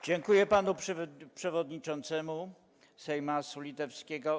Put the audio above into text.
Dziękuję panu przewodniczącemu Seimasu litewskiego.